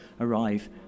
arrive